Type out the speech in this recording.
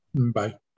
Bye